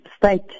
state